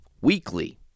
weekly